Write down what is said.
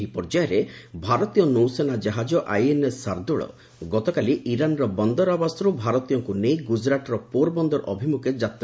ଏହି ପର୍ଯ୍ୟାୟରେ ଭାରତୀୟ ନୌସେନା ଜାହାଜ ଆଇଏନ୍ଏସ୍ ଶାର୍ଦ୍ଦୁଳ ଗତକାଲି ଇରାନ୍ର ବନ୍ଦରଆବାସରୁ ଭାରତୀୟଙ୍କୁ ନେଇ ଗ୍ରଜରାଟର ପୋର ବନ୍ଦର ଅଭିମ୍ରଖେ ଯାତ୍